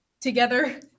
together